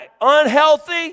unhealthy